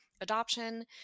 adoption